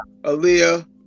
Aaliyah